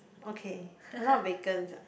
okay a lot of vacants ah